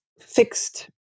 fixed